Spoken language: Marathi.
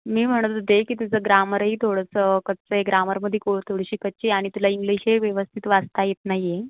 मी म्हणत होते की तुझं ग्रामरही थोडंसं कच्चं आहे ग्रामरमध्ये थोडीशी कच्ची आहे आणि तुला इंग्लिशही व्यवस्थित वाचता येत नाही आहे